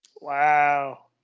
Wow